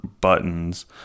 buttons